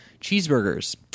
cheeseburgers